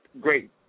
great